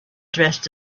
dressed